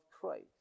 Christ